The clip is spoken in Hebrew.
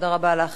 תודה רבה לך,